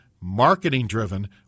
marketing-driven